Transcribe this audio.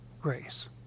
grace